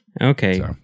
Okay